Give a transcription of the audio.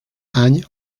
any